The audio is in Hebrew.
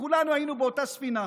כשכולנו היינו באותה ספינה.